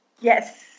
Yes